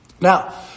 Now